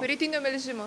rytinio melžimo